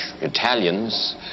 italians